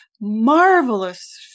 marvelous